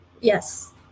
Yes